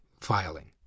filing